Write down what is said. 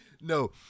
No